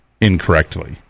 incorrectly